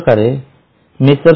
अश्याप्रकारे मे